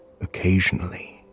occasionally